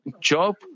Job